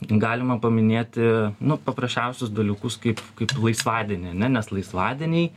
galima paminėti nu paprasčiausius dalykus kaip kaip laisvadienį nes laisvadieniai